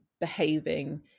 behaving